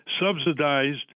subsidized